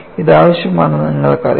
ഇത് ആവശ്യമാണെന്ന് നിങ്ങൾക്കറിയാം